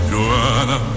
Joanna